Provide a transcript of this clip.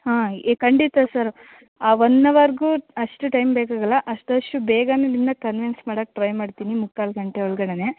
ಹಾಂ ಎ ಖಂಡಿತ ಸರ್ ಆ ಒನ್ ಅವರ್ಗೂ ಅಷ್ಟು ಟೈಮ್ ಬೇಕಾಗಲ್ಲ ಅಸ್ತಶು ಬೇಗನೇ ನಿಮ್ಮನ್ನ ಕನ್ವಿನ್ಸ್ ಮಾಡಕ್ಕೆ ಟ್ರೈ ಮಾಡ್ತೀನಿ ಮುಕ್ಕಾಲು ಗಂಟೆ ಒಳ್ಗಡೆಯೇ